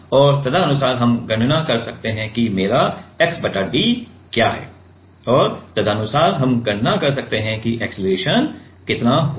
और तदनुसार हम गणना कर सकते हैं कि मेरा x बटा d क्या है और तदनुसार हम गणना कर सकते हैं कि अक्सेलरेशन कितना होगा